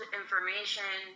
information